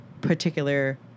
particular